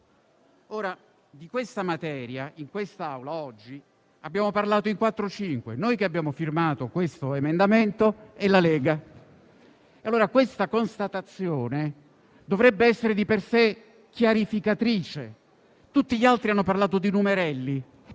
di tale materia in quest'Aula oggi abbiamo parlato in quattro o cinque: noi che abbiamo firmato questo emendamento e la Lega. Detta constatazione dovrebbe essere di per sé chiarificatrice. Tutti gli altri hanno parlato di numerelli;